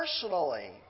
personally